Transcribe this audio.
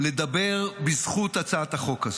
לדבר בזכות הצעת החוק הזו,